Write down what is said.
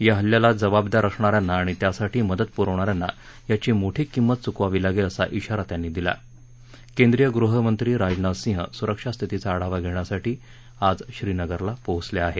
या हल्ल्याला जबाबदार असणाऱ्यांना आणि त्यासाठी मदत पुरवणाऱ्यांना याची मोठी किमत चुकवावी लागेल असा श्रीनगरला केंद्रीय गृहमंत्री राजनाथ सिंह सुरक्षा स्थितीचा आढावा घेण्यासाठी आज श्रीनगरला पोहचले आहे